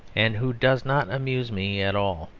and who does not amuse me at all,